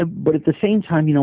ah but at the same time, you know